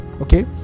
okay